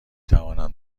توانم